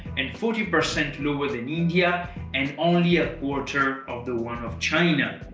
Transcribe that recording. and forty percent lower than india and only a quarter of the one of china.